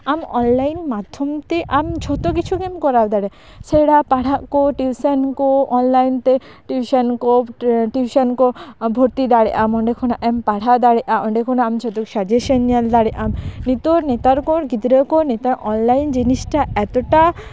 ᱟᱢ ᱚᱱᱞᱟᱭᱤᱱ ᱢᱟᱫᱽᱫᱷᱚᱢ ᱛᱮ ᱟᱢ ᱡᱷᱚᱛᱚ ᱠᱤᱪᱷᱩ ᱜᱮᱢ ᱠᱚᱨᱟᱣ ᱫᱟᱲᱮᱭᱟᱜᱼᱟ ᱥᱮᱲᱟ ᱯᱟᱲᱦᱟᱜ ᱠᱚ ᱴᱤᱭᱩᱥᱮᱱ ᱠᱚ ᱚᱱᱞᱟᱭᱤᱱ ᱛᱮ ᱴᱤᱭᱩᱥᱮᱱ ᱠᱚ ᱴᱤᱭᱩᱥᱮᱱ ᱠᱚ ᱵᱷᱚᱨᱛᱤ ᱫᱟᱲᱮᱭᱟᱜ ᱟᱢ ᱚᱸᱰᱮ ᱠᱷᱚᱱᱟᱜ ᱮᱢ ᱯᱟᱲᱦᱟᱣ ᱫᱟᱲᱮᱭᱟᱜᱼᱟ ᱚᱸᱰᱮ ᱠᱷᱚᱱᱟᱜ ᱟᱢ ᱡᱷᱚᱛᱚ ᱥᱟᱡᱮᱥᱮᱱ ᱧᱮᱞ ᱫᱟᱲᱮᱭᱟᱜ ᱟᱢ ᱱᱤᱛᱚᱜ ᱱᱮᱛᱟᱨ ᱠᱚ ᱜᱤᱫᱽᱨᱟᱹ ᱠᱚ ᱱᱤᱛᱚᱜ ᱚᱱᱞᱟᱭᱤᱱ ᱡᱤᱱᱤᱥᱴᱟ ᱮᱛᱚᱴᱟ